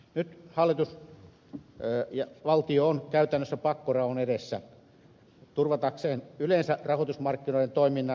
nyt hallitus ja valtio ovat käytännössä pakkoraon edessä turvatakseen yleensä rahoitusmarkkinoiden toiminnan